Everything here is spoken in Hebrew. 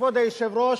כבוד היושב-ראש,